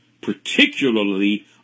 particularly